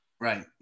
Right